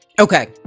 Okay